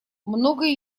многое